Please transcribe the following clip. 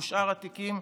שאר התיקים,